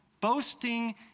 Boasting